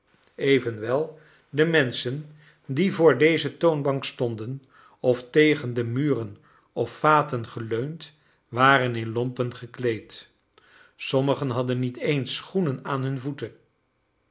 evenwel de menschen die voor deze toonbank stonden of tegen de muren of vaten geleund waren in lompen gekleed sommigen hadden niet eens schoenen aan hunne voeten